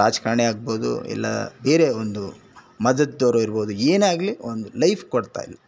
ರಾಜಕಾರ್ಣಿ ಆಗ್ಬೋದು ಇಲ್ಲಾ ಬೇರೆ ಒಂದು ಮತದವರು ಇರ್ಬೋದು ಏನೇ ಆಗಲಿ ಒಂದು ಲೈಫ್ ಕೊಡ್ತಾ ಇಲ್ಲ